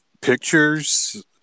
pictures